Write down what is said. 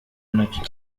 nacyo